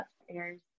upstairs